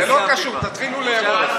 זה לא קשור, תתחילו לארוז.